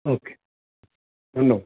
ও কে ধন্যবাদ